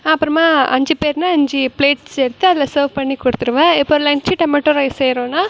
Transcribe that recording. அப்புறமா அஞ்சுப் பேருன்னா அஞ்சி ப்ளேட்ஸ் எடுத்து அதில் சர்வ் பண்ணிக் கொடுத்துடுவேன் இப்போ லன்ச்சு டைம் மட்டும் ரைஸ் செய்யறோன்னால்